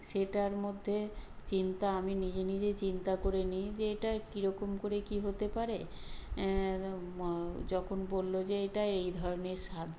সেটার মধ্যে চিন্তা আমি নিজে নিজে চিন্তা করে নিই যে এটা কী রকম করে কী হতে পারে যখন বলল যে এটায় এই ধরনের স্বাদ